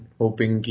hoping